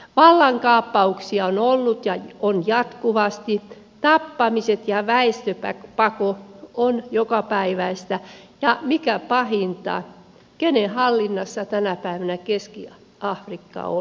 vallankaappauksia on ollut ja on jatkuvasti tappamiset ja väestöpako ovat jokapäiväistä ja mikä pahinta kenen hallinnassa tänä päivänä keski afrikka on